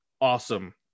awesome